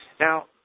Now